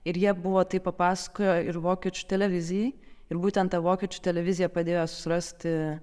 ir jie buvo tai papasakojo ir vokiečių televizijai ir būtent ta vokiečių televizija padėjo susirasti